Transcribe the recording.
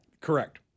Correct